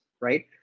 right